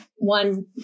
one